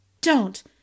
Don't